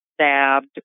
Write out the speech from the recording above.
stabbed